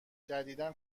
جدیدا